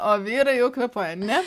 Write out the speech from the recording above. o vyrai jau kvėpuoja ne